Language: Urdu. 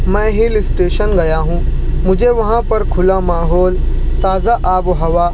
میں ہل اسٹیشن گیا ہوں مجھے وہاں پر کھلا ماحول تازہ آب و ہوا